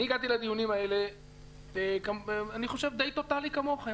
אני הגעתי לדיונים האלה אני חושב די טוטאלי כמוכם.